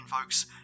folks